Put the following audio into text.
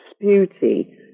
beauty